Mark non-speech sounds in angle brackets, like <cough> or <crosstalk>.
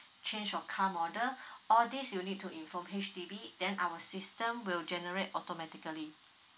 change of car model <breath> all these you need to inform H_D_B then our system will generate automatically